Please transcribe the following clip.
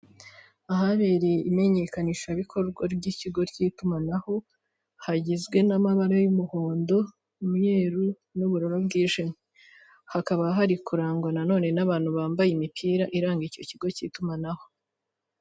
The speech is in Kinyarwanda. Ahabereye imenyekanishabikorwa ry'ikigo cy'itumanaho, hagizwe n'amabara y'umuhondo, umweruru n'ubururu bwije, hakaba hari kurangwa na none n'abantu bambaye imipira iranga icyo kigo cy'itumanaho